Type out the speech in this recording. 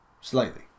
Slightly